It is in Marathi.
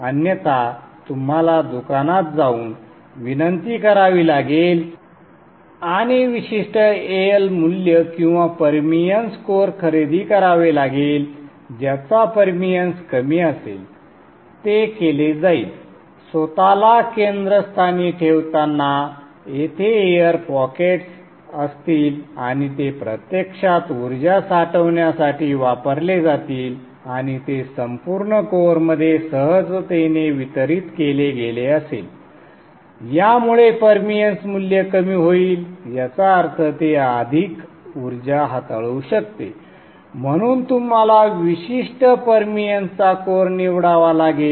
अन्यथा तुम्हाला दुकानांत जाऊन विनंती करावी लागेल आणि विशिष्ट AL मूल्य किंवा परमीअन्स कोअर खरेदी करावे लागेल ज्याचा परमिअन्स कमी असेल ते केले जाईल स्वतःला केंद्रस्थानी ठेवताना येथे एअर पॉकेट्स असतील आणि ते प्रत्यक्षात ऊर्जा साठवण्यासाठी वापरले जातील आणि ते संपूर्ण कोअरमध्ये सहजतेने वितरीत केले गेले असेल यामुळे परमिअन्स मूल्य कमी होईल याचा अर्थ ते अधिक ऊर्जा हाताळू शकते म्हणून तुम्हाला विशिष्ट परमिअन्स चा कोअर निवडावा लागेल